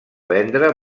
vendre